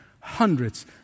hundreds